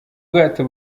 bwato